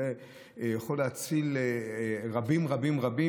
זה יכול להציל רבים רבים.